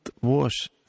wash